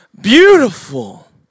beautiful